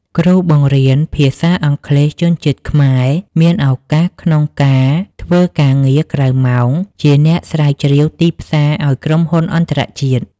គ្រូបង្រៀនភាសាអង់គ្លេសជនជាតិខ្មែរមានឱកាសក្នុងការធ្វើការងារក្រៅម៉ោងជាអ្នកស្រាវជ្រាវទីផ្សារឱ្យក្រុមហ៊ុនអន្តរជាតិ។